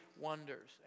wonders